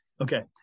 Okay